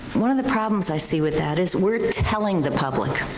one of the problems i see with that is we're telling the public.